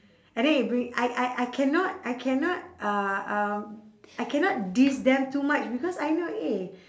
and then it bring I I I cannot I cannot uh uh I cannot diss them too much because I know eh